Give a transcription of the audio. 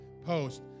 post